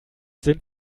sind